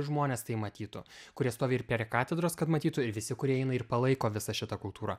žmonės tai matytų kurie stovi ir prie katedros kad matytų ir visi kurie eina ir palaiko visą šitą kultūrą